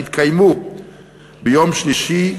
נתקיימו ביום שלישי,